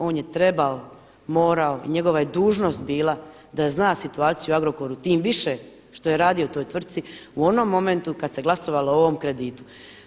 On je trebao, morao i njegova je dužnost bila da zna situaciju u Agrokoru tim više što je radio u toj tvrtci u onom momentu kad se glasovalo o ovom kreditu.